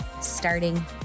starting